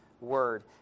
word